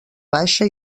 baixa